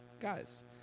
guys